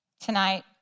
tonight